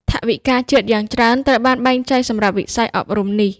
ថវិកាជាតិយ៉ាងច្រើនត្រូវបានបែងចែកសម្រាប់វិស័យអប់រំនេះ។